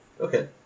Okay